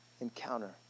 encounter